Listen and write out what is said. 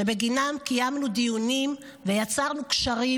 שבגינן קיימנו דיונים ויצרנו קשרים